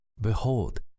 behold